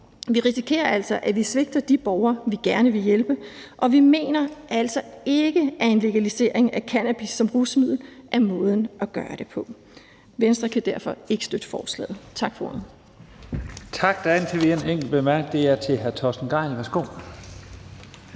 Vi risikerer altså, at vi svigter de borgere, vi gerne vil hjælpe, og vi mener altså ikke, at en legalisering af cannabis som rusmiddel er måden at gøre det på. Venstre kan derfor ikke støtte forslaget. Tak for ordet.